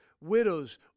Widows